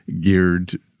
geared